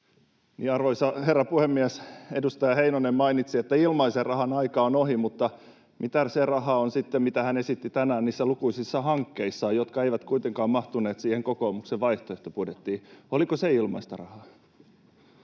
Arvoisa herra puhemies! Edustaja Heinonen mainitsi, että ilmaisen rahan aika on ohi, mutta mitä on sitten se raha, mitä hän esitti tänään niissä lukuisissa hankkeissaan, jotka eivät kuitenkaan mahtuneet siihen kokoomuksen vaihtoehtobudjettiin? Oliko se ilmaista rahaa?